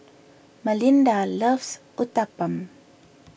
Malinda loves Uthapam